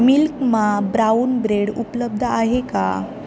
milk मा brown bread उपलब्ध आहे का